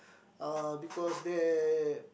uh because there